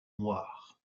noire